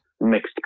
mixed